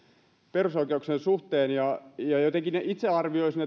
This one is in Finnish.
perusoikeuksien suhteen ja jotenkin itse arvioisin